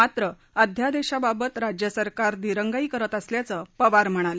मात्र अध्यादेशाबाबत राज्य सरकार दिरगाई करत असल्याचं पवार म्हणाले